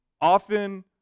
Often